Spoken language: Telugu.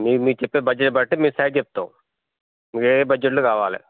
మీక్ మీక్ చెప్పే బడ్జెట్ బట్టి మీక్ సైట్ చెప్తాం మీకే ఏ బడ్జెట్లు కావాలే